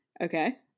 okay